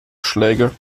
schläge